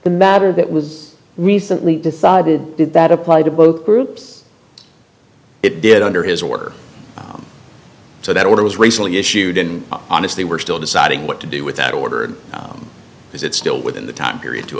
the matter that was recently decided did that apply to both groups it did under his order so that order was recently issued and honestly we're still deciding what to do with that order is it still within the time period to